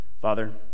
Father